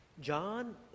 John